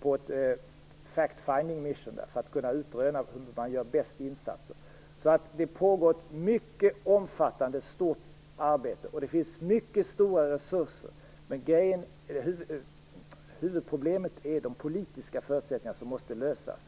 Bonino på en fact finding mission för att kunna utröna hur man gör de bästa insatserna. Det pågår alltså ett mycket omfattande och stort arbete, och det finns mycket stora resurser, men huvudproblemet är de politiska förutsättningar som måste lösas.